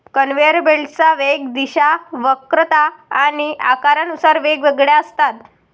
conveyor बेल्टच्या वेग, दिशा, वक्रता आणि आकारानुसार वेगवेगळ्या असतात